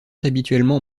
habituellement